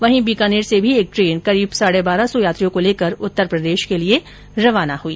वहीं बीकानेर से भी एक ट्रेन करीब साढे बारह सौ यात्रियों को लेकर उत्तर प्रदेश के लिए रवाना हई